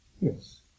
yes